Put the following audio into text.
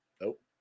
Nope